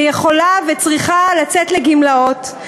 שיכולה וצריכה לצאת לגמלאות,